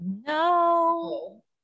No